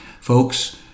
Folks